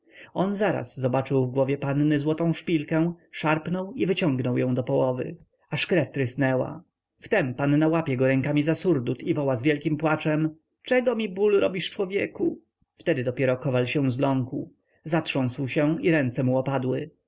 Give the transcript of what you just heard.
on zaraz zobaczył w głowie panny złotą szpilkę szarpnął i wyciągnął ją do połowy aż krew trysnęła wtem panna łapie go rękami za surdut i woła z wielkim płaczem czego mi ból robisz człowieku wtedy dopiero kowal się zląkł zatrząsł się i ręce mu opadły